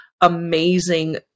amazing